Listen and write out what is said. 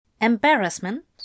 Embarrassment